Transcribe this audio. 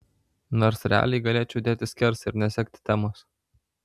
nors realiai galėčiau dėti skersą ir nesekti temos